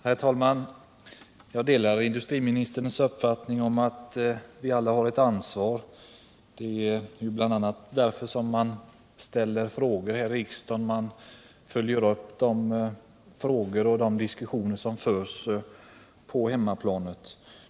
Herr talman! Jag delar industriministerns uppfattning att vi alla har ett ansvar. Det är ju bl.a. därför som man ställer frågor här i riksdagen — man följer upp de diskussioner som förs på hemmaplan.